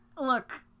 Look